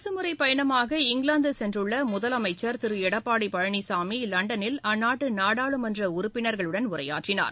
அரசுமுறைப் பயணமாக இங்கிலாந்து சென்றுள்ள முதலமைச்சர் திரு எடப்பாடி பழனிசாமி லண்டனில் அந்நாட்டு நாடாளுமன்ற உறுப்பினர்களுடன் உரையாற்றினார்